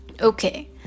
okay